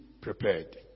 prepared